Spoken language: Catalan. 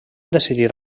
decidir